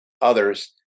others